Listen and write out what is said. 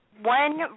one